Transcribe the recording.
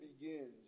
begins